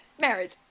marriage